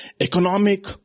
economic